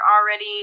already